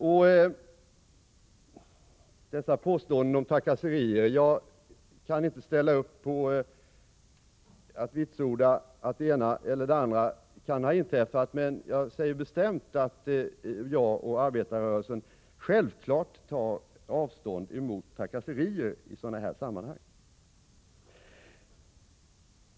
I vad gäller påståendena om trakasserier kan jag inte ställa upp och vitsorda att det ena eller det andra kan ha inträffat, men jag säger bestämt att jag och arbetarrörelsen självfallet tar avstånd från trakasserier i sådana här sammanhang.